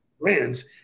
brands